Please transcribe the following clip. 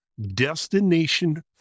destination